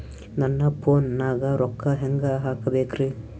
ನನ್ನ ಫೋನ್ ನಾಗ ರೊಕ್ಕ ಹೆಂಗ ಹಾಕ ಬೇಕ್ರಿ?